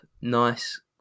nice